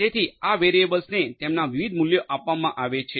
તેથી આ વેરિયેબલ્સને તેમના વિવિધ મૂલ્યો આપવામાં આવે છે